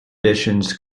editions